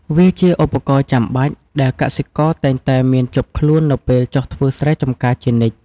វាជាឧបករណ៍ចាំបាច់ដែលកសិករតែងតែមានជាប់ខ្លួននៅពេលចុះធ្វើស្រែចម្ការជានិច្ច។